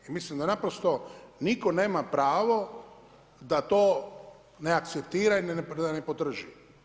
I mislim da naprosto nitko nema pravo da to ne akceptira i da ne podrži.